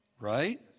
Right